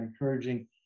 encouraging